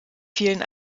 fielen